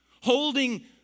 holding